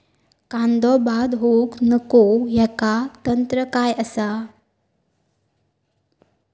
कांदो बाद होऊक नको ह्याका तंत्र काय असा?